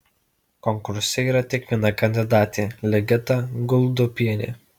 konkurse yra tik viena kandidatė ligita guldupienė